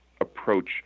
approach